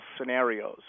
scenarios